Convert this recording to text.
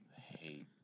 hate